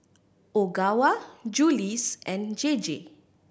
Ogawa Julie's and J J